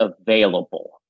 available